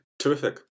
Terrific